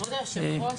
כבוד היושב-ראש,